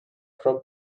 from